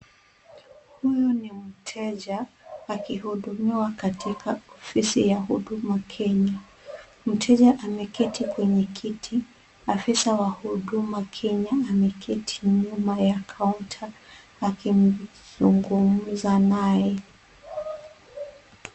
Huyu ni mteja akihudumiwa katika ofisi ya Huduma Kenya. Mteja ameketi kwenye kiti ,afisa wa Huduma Kenya ameketi nyuma ya kaunta akizungumza naye.